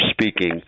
speaking